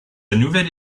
nouvelle